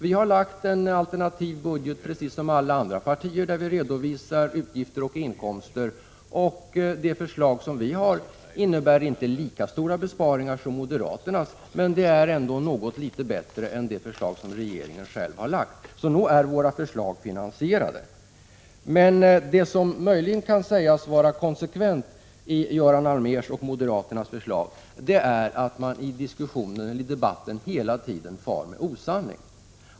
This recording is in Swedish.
Vi har lagt fram en alternativ budget, precis som alla andra partier, där vi redovisar utgifter och inkomster. Våra förslag innebär inte lika stora besparingar som moderaternas, men det är ändå något litet bättre än de som regeringen har lagt fram. Så nog är våra förslag finansierade. Det som möjligen kan sägas vara konsekvent i Göran Allmérs och moderaternas förslag är att man i debatten hela tiden far med osanning.